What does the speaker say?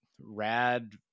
rad